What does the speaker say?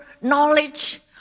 knowledge